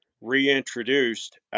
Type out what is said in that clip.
reintroduced